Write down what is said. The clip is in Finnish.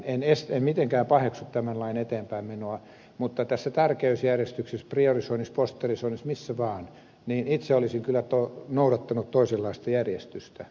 en mitenkään paheksu tämän lain eteenpäinmenoa mutta tässä tärkeysjärjestyksessä priorisoinnissa posterisoinnissa missä vaan itse olisin kyllä noudattanut toisenlaista järjestystä